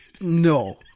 No